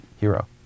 hero